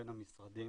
בין המשרדים,